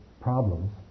problems